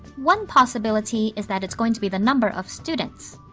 one possibility is that it's going to be the number of students.